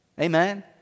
Amen